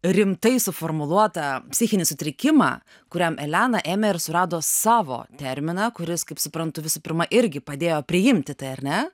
rimtai suformuluotą psichinį sutrikimą kuriam elena ėmė ir surado savo terminą kuris kaip suprantu visų pirma irgi padėjo priimti tai ar ne